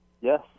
Yes